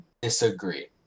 disagree